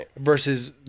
Versus